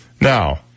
Now